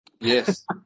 Yes